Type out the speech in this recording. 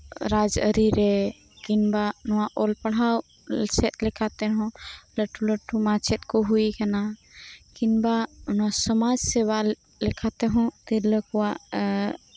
ᱨᱟᱡᱽᱟᱹᱨᱤᱨᱮ ᱠᱤᱱᱵᱟ ᱱᱚᱣᱟ ᱚᱞᱯᱟᱲᱦᱟᱣ ᱥᱮᱫ ᱞᱮᱠᱟ ᱛᱮᱦᱚᱸ ᱞᱟᱹᱴᱩ ᱞᱟᱹᱴᱩ ᱢᱟᱪᱮᱫ ᱠᱩ ᱦᱩᱭ ᱟᱠᱟᱱᱟ ᱠᱤᱱᱵᱟ ᱱᱚᱣᱟ ᱥᱚᱢᱟᱡᱽ ᱥᱮᱵᱟ ᱞᱮᱠᱟᱛᱮᱦᱚᱸ ᱛᱤᱨᱞᱟᱹ ᱠᱩᱣᱟᱜ